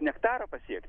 nektarą pasiekti